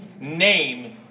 name